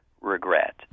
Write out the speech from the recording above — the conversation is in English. regret